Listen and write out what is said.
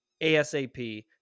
ASAP